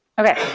okay.